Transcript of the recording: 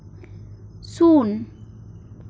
ᱥᱩᱱ